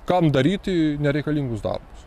kam daryti nereikalingus darbus